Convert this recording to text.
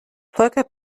volker